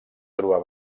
trobar